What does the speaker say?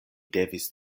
devis